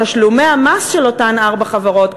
תשלומי המס של אותן ארבע חברות,